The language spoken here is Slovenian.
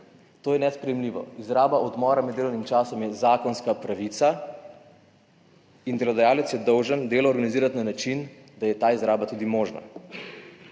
To je nesprejemljivo. Izraba odmora med delovnim časom je zakonska pravica in delodajalec je dolžan delo organizirati na način, da je ta izraba tudi možna.